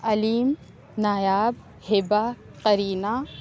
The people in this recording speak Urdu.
علیم نایاب حبا قرینہ